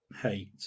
hate